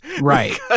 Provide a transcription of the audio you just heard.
Right